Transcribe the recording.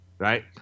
Right